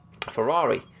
Ferrari